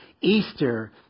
Easter